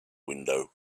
window